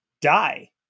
die